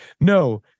no